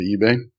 eBay